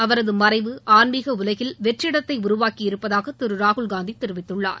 அவரது மறைவு ஆன்மீக உலகில் வெற்றிடத்தை உருவாக்கியிருப்பதாக திரு ராகுல்காந்தி தெரிவித்துள்ளார்